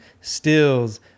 stills